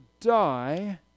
die